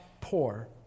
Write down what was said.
poor